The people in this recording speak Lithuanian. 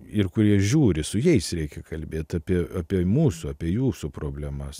ir kurie žiūri su jais reikia kalbėti apie apie mūsų apie jūsų problemas